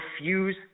refuse